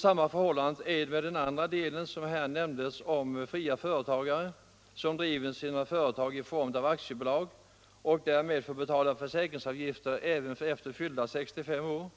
Samma förhållande gäller den andra delen av reservationen om fria företagare som driver företag i form av aktiebolag och därmed får betala försäkringsavgifter även efter fyllda 65 år.